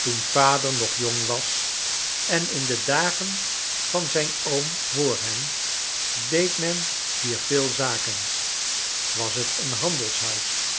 toen vader nog jong was en in de dag en van zijri oom voor hem deed men hier veei zaken was f t een handelshuis